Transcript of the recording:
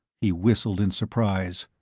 he whistled in surprise.